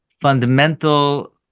fundamental